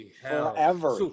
Forever